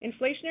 Inflationary